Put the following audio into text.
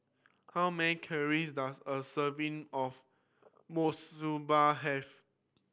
how many calories does a serving of Monsunabe have